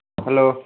hello